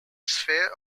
sphere